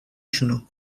شونو